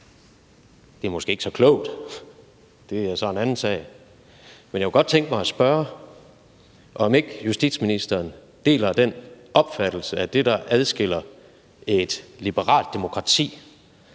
det er måske ikke så klogt. Det er så en anden sag. Men jeg kunne godt tænke mig at spørge, om justitsministeren ikke deler den opfattelse, at det, der adskiller et liberalt demokrati